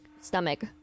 stomach